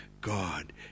God